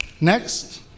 next